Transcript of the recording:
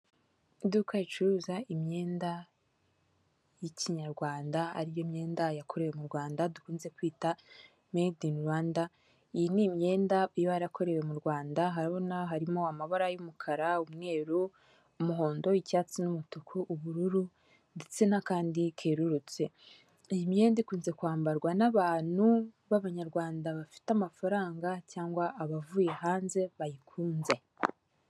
Iduka ricuruza imyenda y'ikinyarwanda ari yo myenda yakorewe mu rwanda dukunze kwita made in Rwanda iyi ni imyenda iba yarakorewe mu Rwanda urabona harimo amabara y'umukara, umweru, umuhondo, icyatsi n'umutuku ubururu ndetse n'akandi kerurutse iyi myenda ikunze kwambarwa n'abantu b'abanyarwanda bafite amafaranga cyangwa abavuye hanze bayikunze.